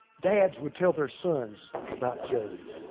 dad would tell their sons about job.